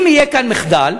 אם יהיה כאן מחדל,